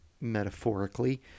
metaphorically